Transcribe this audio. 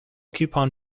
coupon